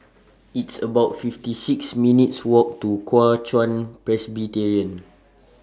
It's about fifty six minutes' Walk to Kuo Chuan Presbyterian